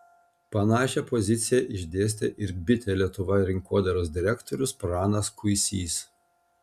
panašią poziciją išdėstė ir bitė lietuva rinkodaros direktorius pranas kuisys